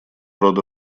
рода